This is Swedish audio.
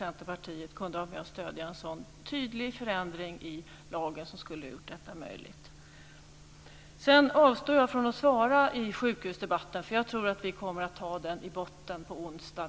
Centerpartiet kunde vara med och stödja en så tydlig förändring i lagen som skulle ha gjort detta möjligt. Sedan avstår jag från att svara i sjukhusdebatten, för jag tror att den kommer att finnas i botten på onsdag.